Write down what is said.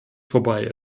vorbei